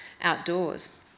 outdoors